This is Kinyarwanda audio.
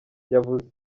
yavuze